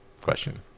question